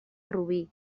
rubí